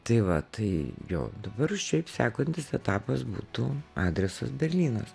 tai va tai jo dabar šiaip sekontis etapas būtų adresas berlynas